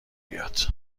بیاد